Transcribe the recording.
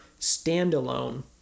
standalone